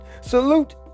Salute